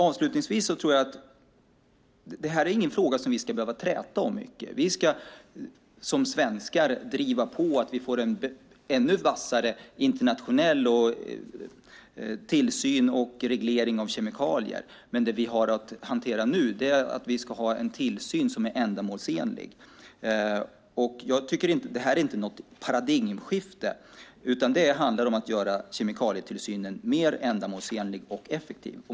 Avslutningsvis: Jag tror inte att det här är en fråga som vi ska behöva träta om så mycket. Vi ska som svenskar driva på för att få en ännu vassare internationell tillsyn och reglering av kemikalier. Men det vi har att hantera nu är att vi ska ha en tillsyn som är ändamålsenlig. Detta är inte något paradigmskifte, utan det handlar om att göra kemikalietillsynen mer ändamålsenlig och effektiv.